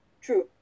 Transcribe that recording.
True